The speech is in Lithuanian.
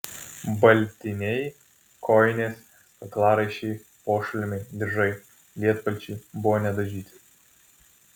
baltiniai kojinės kaklaraiščiai pošalmiai diržai lietpalčiai buvo nedažyti